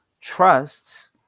trusts